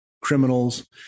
criminals